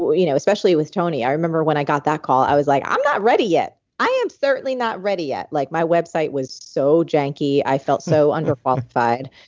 you know especially with tony, i remember when i got that call. i was, like i'm not ready yet! i am certainly not ready yet. like my website was so janky. i felt so under qualified,